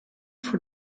for